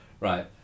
right